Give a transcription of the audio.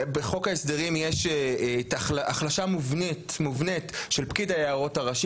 בחוק ההסדרים יש החלשה מובנית של פקיד היערות הראשי,